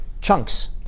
chunks